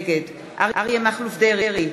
נגד אריה מכלוף דרעי,